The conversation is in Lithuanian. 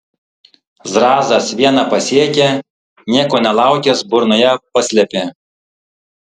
zrazas vieną pasiekė nieko nelaukęs burnoje paslėpė